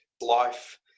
life